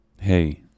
Hey